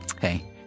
Hey